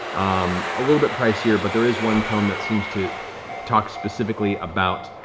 um a little bit pricier, but there is one tome that seems to talk specifically about